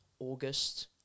August